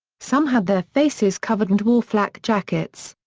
some had their faces covered and wore flak jackets.